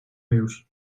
już